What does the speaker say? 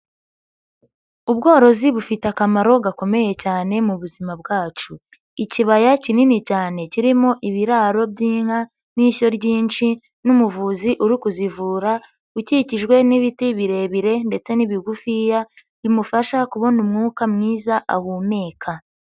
Ubworozi bufite akamaro gakomeye cyane mu buzima bwacu, ikibaya kinini cyane kirimo ibiraro by'inka n'ishyo ryinshi n'umuvuzi uri kuzivura ukikijwe n'ibiti birebire ndetse n'ibigufiya bimufasha kubona umwuka mwiza ahumeka.